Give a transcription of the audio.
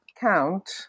count